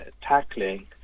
tackling